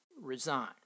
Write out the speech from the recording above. resign